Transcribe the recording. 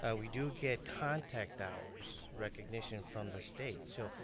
ah we do get contact hours recognition from the state so,